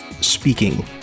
speaking